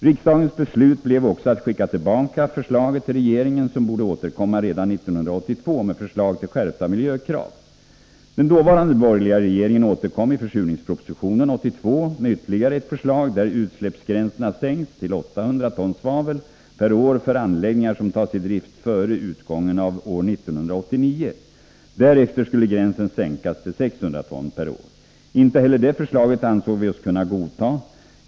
Riksdagens beslut blev också att skicka tillbaka förslaget till regeringen, som borde återkomma redan år 1982 med förslag till skärpta miljökrav. Den dåvarande borgerliga regeringen återkom i försurningspropositionen 1982 med ytterligare ett förslag, där utsläppsgränserna sänkts till 800 ton svavel per år för anläggningar som tas i drift före utgången av år 1989. Därefter skulle gränsen sänkas till 600 ton per år. Inte heller det förslaget ansåg vi oss kunna godta.